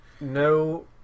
no